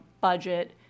budget